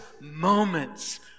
moments